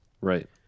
right